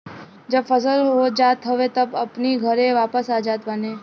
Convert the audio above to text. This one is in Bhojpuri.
जब फसल हो जात हवे तब अपनी घरे वापस आ जात बाने